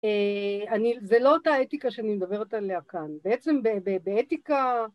זה לא אותה אתיקה שאני מדברת עליה כאן, בעצם באתיקה